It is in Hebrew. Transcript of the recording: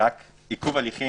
רק עיכוב הליכים